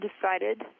decided